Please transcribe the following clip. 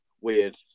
weird